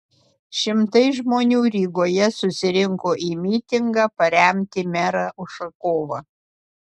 šimtai žmonių rygoje susirinko į mitingą paremti merą ušakovą